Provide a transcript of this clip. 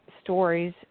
stories